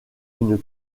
une